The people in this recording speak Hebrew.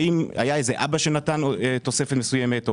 האם היה איזה אבא שנתן את התוספת מסוימת?